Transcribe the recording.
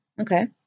okay